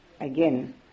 again